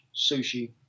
sushi